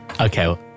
Okay